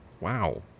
wow